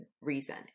reason